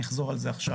אני אחזור על זה עכשיו.